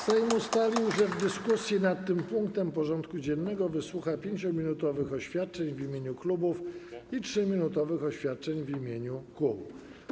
Sejm ustalił, że w dyskusji nad tym punktem porządku dziennego wysłucha 5-minutowych oświadczeń w imieniu klubów i 3-minutowych oświadczeń w imieniu kół.